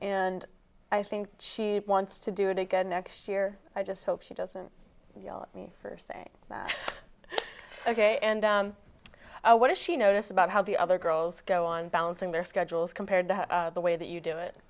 and i think she wants to do it again next year i just hope she doesn't yell at me for saying that ok and what does she notice about how the other girls go on balancing their schedules compared to the way that you do it